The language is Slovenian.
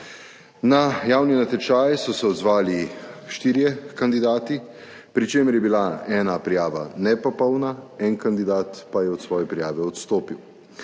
Na javni natečaj so se odzvali štirje kandidati, pri čemer je bila ena prijava nepopolna, en kandidat pa je od svoje prijave odstopil.